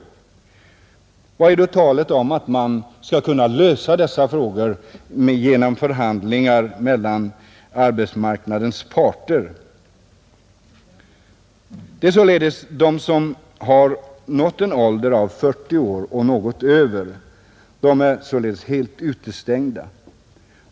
Vad betyder då talet om att dessa frågor skall lösas genom förhandlingar mellan arbetsmarknadens parter? De som har nått en ålder av 40 år och något över är således helt utestängda.